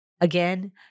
again